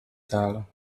betalen